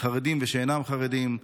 חרדים ושאינם חרדים.